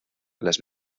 las